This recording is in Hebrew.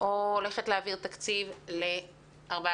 או ל-14 חודשים.